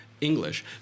English